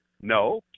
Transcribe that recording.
No